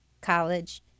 College